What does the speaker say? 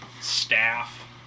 staff